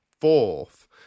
fourth